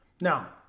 Now